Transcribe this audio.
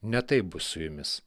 ne taip bus su jumis